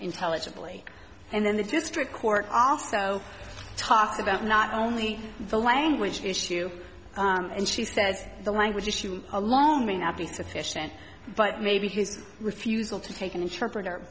intelligibly and then the district court also talked about not only the language issue and she said the language issue alone may not be sufficient but maybe his refusal to take an interpreter